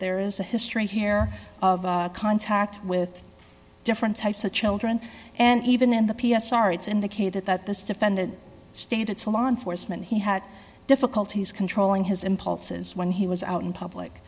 there is a history here of contact with different types of children and even in the p s r it's indicated that this defendant stated it's a law enforcement he had difficulties controlling his impulses when he was out in public